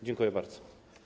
Dziękuję bardzo.